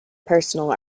personal